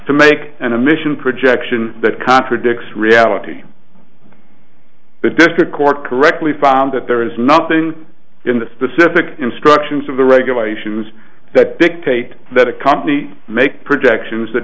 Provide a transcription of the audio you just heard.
to make an emission projection that contradicts reality the district court correctly found that there is nothing in the specific instructions of the regulations that dictate that a company make projections that